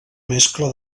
mescla